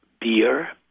beer